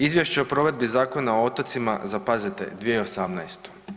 Izvješće o provedbi Zakona o otocima za, pazite, 2018.